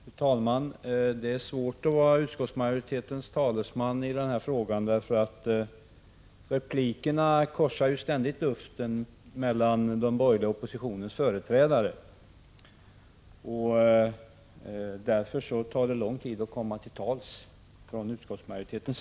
Fru talman! Det är svårt att vara utskottsmajoritetens talesman i den här frågan, eftersom luften ständigt korsas av repliker mellan den borgerliga oppositionens företrädare. Därför tar det lång tid att komma till tals för utskottsmajoriteten.